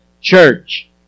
church